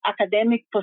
academic